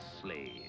slave